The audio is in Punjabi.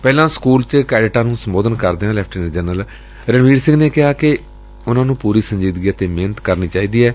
ਪਹਿਲਾਂ ਸਕੁਲ ਚ ਕੈਡਿਟਾਂ ਨੂੰ ਸੰਬੋਧਨ ਕਰਦਿਆਂ ਲੈਫਟੀਨੈਂਟ ਜਨਰਲ ਰਣਬੀਰ ਸਿੰਘ ਨੇ ਕਿਹਾ ਕਿ ਉਨ੍ਹਾਂ ਨੂੰ ਪੂਰੀ ਸੰਜੀਦਗੀ ਨਾਲ ਮਿਹਨਤ ਕਰਨੀ ਚਾਹੀਦੀ ਏ